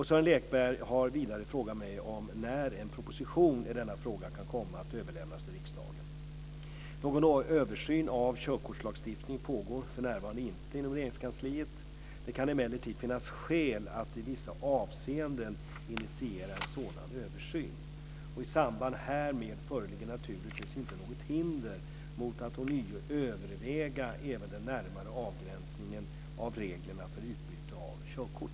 Sören Lekberg har vidare frågat mig om när en proposition i denna fråga kan komma att överlämnas till riksdagen. Någon översyn av körkortslagstiftningen pågår för närvarande inte inom Regeringskansliet. Det kan emellertid finnas skäl att i vissa avseenden initiera en sådan översyn. I samband härmed föreligger naturligtvis inte något hinder mot att ånyo överväga även den närmare avgränsningen av reglerna för utbyte av körkort.